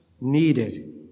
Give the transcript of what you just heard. needed